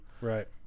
right